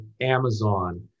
Amazon